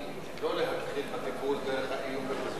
לא להתחיל בטיפול דרך האיומים.